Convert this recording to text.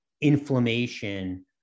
inflammation